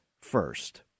first